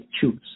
choose